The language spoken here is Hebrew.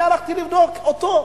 אני הלכתי לבדוק אותו.